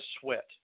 Sweat